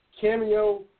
cameo